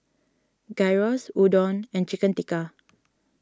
Gyros Udon and Chicken Tikka